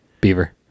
Beaver